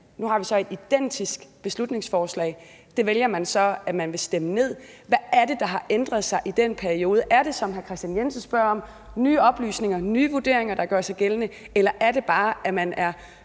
nu har et identisk beslutningsforslag, som man så vælger at stemme ned. Hvad er det, der har ændret sig i den periode? Er det, som hr. Kristian Jensen spørger om, nye oplysninger, nye vurderinger, der gør sig gældende? Eller er det bare, at man er